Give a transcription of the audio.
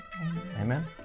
Amen